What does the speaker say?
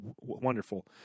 wonderful